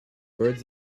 birds